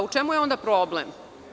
U čemu je onda problem?